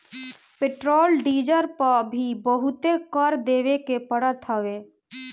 petrol diesel पअ भी बहुते कर देवे के पड़त हवे